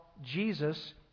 Jesus